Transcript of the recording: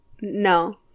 No